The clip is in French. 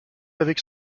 avec